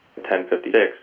1056